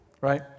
right